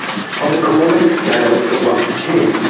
on the cormick scale of one to ten,